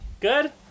Good